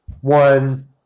one